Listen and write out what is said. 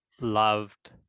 loved